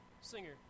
singer